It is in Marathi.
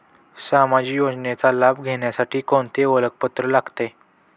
सामाजिक योजनेचा लाभ घेण्यासाठी कोणते ओळखपत्र लागते?